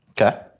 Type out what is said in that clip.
Okay